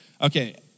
Okay